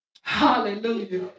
Hallelujah